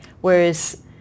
whereas